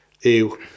ew